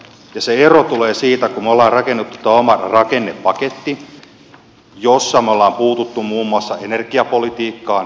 ja se ero tulee siitä kun me olemme rakentaneet tuon oman rakennepakettimme jossa me olemme puuttuneet muun muassa energiapolitiikkaan